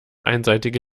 einseitige